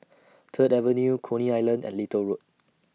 Third Avenue Coney Island and Little Road